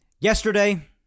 Yesterday